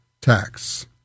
tax